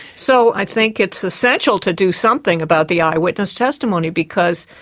so i think it's essential to do something about the eyewitness testimony because,